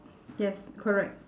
yes correct